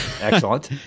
Excellent